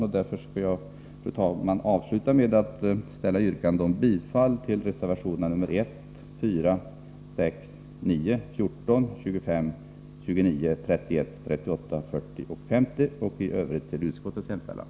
Jag skall därför, fru talman, avsluta med att yrka bifall till reservationerna 1, 4, 6, 9, 14, 25, 29, 31, 38, 40 och 50 samt i övrigt bifall till utskottets hemställan.